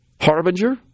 harbinger